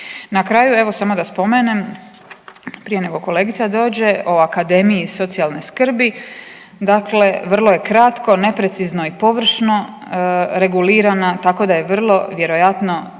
Na kraju evo samo da spomenem prije nego kolegica dođe o akademiji socijalne skrbi. Dakle, vrlo je kratko, neprecizno i površno regulirana tako da je vrlo vjerojatno